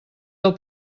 del